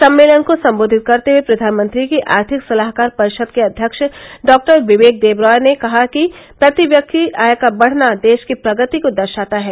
सम्मेलन को संबोधित करते हुए प्रधानमंत्री की आर्थिक सलाहकार परिषद के अध्यक्ष डॉक्टर विवेक देबरॅय ने कहा कि प्रति व्यक्ति आय का बढ़ना देश की प्रगति को दर्शाता है